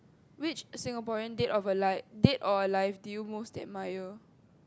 which Singaporean dead or alight dead or alive do you most admire